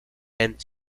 and